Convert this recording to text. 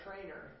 trainer